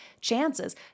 chances